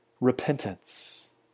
repentance